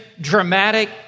dramatic